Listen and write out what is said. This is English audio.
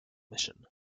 mission